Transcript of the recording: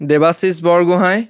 Debashis Borgohain